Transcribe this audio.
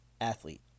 athlete